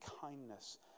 kindness